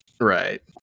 right